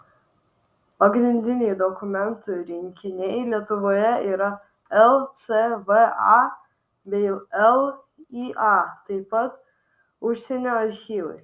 pagrindiniai dokumentų rinkiniai lietuvoje yra lcva bei lya taip pat užsienio archyvai